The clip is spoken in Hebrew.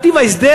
מה טיב ההסדר?